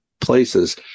places